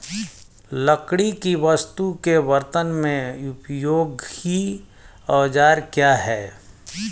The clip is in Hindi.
लकड़ी की वस्तु के कर्तन में उपयोगी औजार क्या हैं?